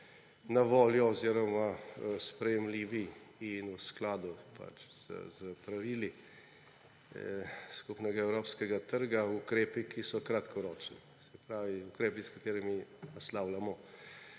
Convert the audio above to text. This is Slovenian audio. na voljo oziroma sprejemljivi in v skladu z pravili skupnega evropskega trga ukrepi, ki so kratkoročni, se pravi ukrepi, s katerimi naslavljamo